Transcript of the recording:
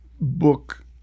book